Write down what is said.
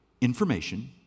information